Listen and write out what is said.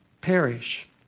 perish